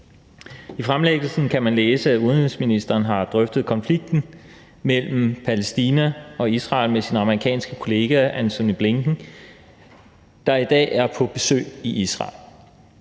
I fremlæggelsen kan man læse, at udenrigsministeren har drøftet konflikten mellem Palæstina og Israel med sin amerikanske kollega Antony Blinken, der i dag er på besøg i Israel.